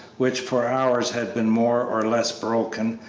which for hours had been more or less broken,